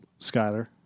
Skyler